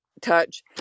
touch